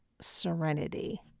serenity